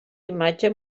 imatge